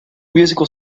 musical